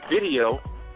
video